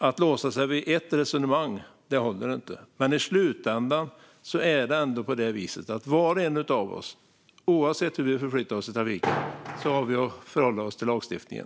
Att låsa sig vid ett enda resonemang håller inte. I slutändan är det ändå på det viset att var och en av oss, oavsett hur vi förflyttar oss i trafiken, har att förhålla oss till lagstiftningen.